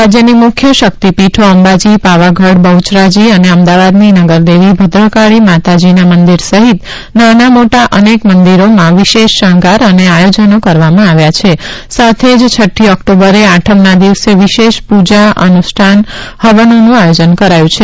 રાજ્યની મુખ્ય શક્તિપીઠો અંબાજી પાવાગઢ બહ્યરાજી અને અમદાવાદની નગરદેવી ભદ્રકાળી માતાજીના મંદિર સહિત નાના મોટા અનેક મંદિરોમાં વિશેષ શણગાર અને આયોજનો કરવામાં આવ્યા છે સાથે જ છઠ્ઠી ઓક્ટોબરે આઠમના દિવસે વિશેષ પૂજા અનુષ્ઠાન હવનોનું આયોજન કરાયું છે